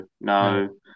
no